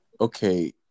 okay